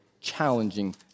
challenging